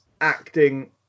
acting